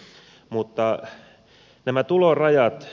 mutta nämä tulorajat